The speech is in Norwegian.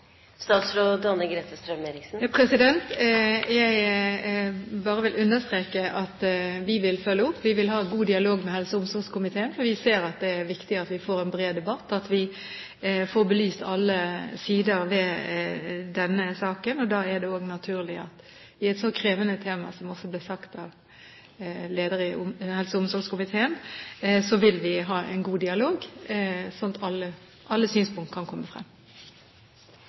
Jeg vil bare understreke at vi vil følge opp. Vi vil ha god dialog med helse- og omsorgskomiteen, for vi ser at det er viktig at vi får en bred debatt og at vi får belyst alle sider ved denne saken. Da er det også naturlig når det gjelder et så krevende tema, som det også ble sagt av lederen av helse- og omsorgskomiteen, at vi vil ha en god dialog, slik at alle synspunkter kan komme frem.